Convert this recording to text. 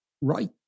right